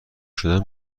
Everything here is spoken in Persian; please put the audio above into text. شدن